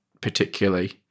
particularly